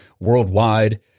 worldwide